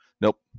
Nope